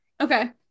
Okay